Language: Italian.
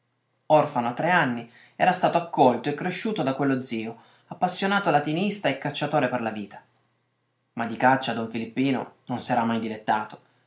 a tre anni era stato accolto e cresciuto da quello zio appassionato latinista e cacciatore per la vita ma di caccia don filippino non s'era mai dilettato